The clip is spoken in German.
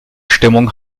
stimmung